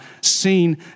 seen